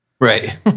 Right